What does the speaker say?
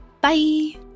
Bye